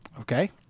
okay